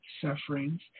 sufferings